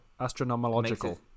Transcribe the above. Astronomological